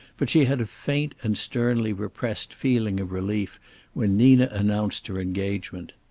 but she had a faint and sternly repressed feeling of relief when nina announced her engagement.